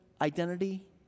identity